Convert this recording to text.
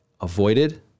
avoided